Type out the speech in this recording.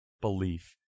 belief